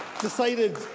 decided